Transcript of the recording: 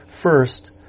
First